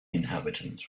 inhabitants